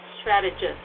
strategist